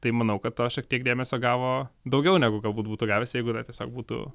tai manau kad to šiek tiek dėmesio gavo daugiau negu galbūt būtų gavęs jeigu yra tiesiog būtų